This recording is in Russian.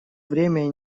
время